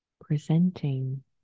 presenting